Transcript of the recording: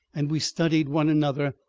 and we studied one another.